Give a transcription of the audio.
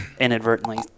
inadvertently